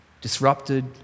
Disrupted